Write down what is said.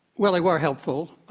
well, they were helpful.